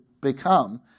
become